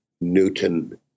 Newton